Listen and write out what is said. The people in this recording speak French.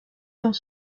dans